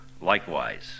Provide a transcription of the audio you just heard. likewise